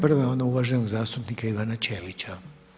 Prva je ona uvaženog zastupnika Ivana Ćelića.